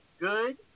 good